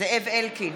זאב אלקין,